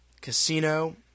Casino